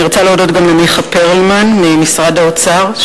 אני רוצה להודות גם למיכה פרלמן ממשרד האוצר,